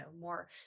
more